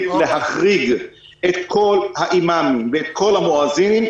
להחריג את כל האימאמים וכל המואזינים,